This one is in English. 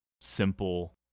simple